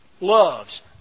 loves